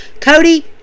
Cody